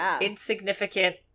insignificant